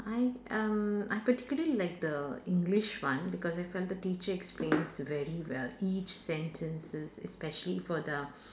I um I particularly like the English one because I felt the teacher explains very well each sentences especially for the